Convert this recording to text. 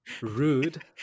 Rude